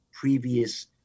previous